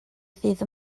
ddydd